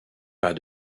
pas